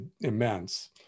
immense